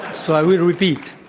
so i will repeat.